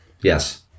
Yes